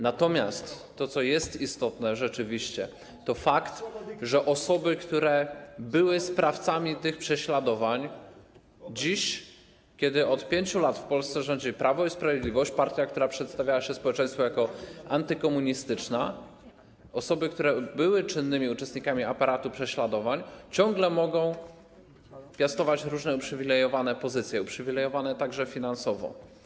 Natomiast to co jest istotne rzeczywiście, to fakt, że osoby, które były sprawcami tych prześladowań, dziś, kiedy od 5 lat w Polsce rządzi Prawo i Sprawiedliwość, partia, która przedstawiała się społeczeństwu jako antykomunistyczna, osoby, które były czynnymi uczestnikami aparatu prześladowań, ciągle mogą piastować różne uprzywilejowane pozycje, uprzywilejowane także finansowo.